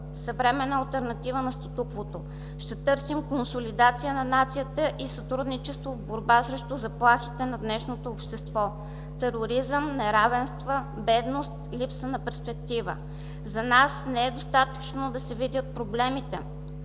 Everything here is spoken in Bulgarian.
съвременна алтернатива на статуквото. Ще търсим консолидация на нацията и сътрудничество в борба срещу заплахите на днешното общество: тероризъм, неравенство, бедност, липса на перспектива. За нас не е достатъчно да се видят проблемите,